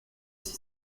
six